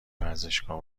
ورزشگاه